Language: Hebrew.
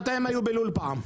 מתי הם היו בלול פעם?